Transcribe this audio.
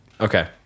Okay